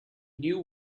knew